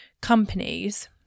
companies